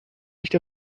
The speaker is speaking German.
nicht